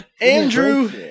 Andrew